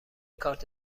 کارت